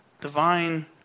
divine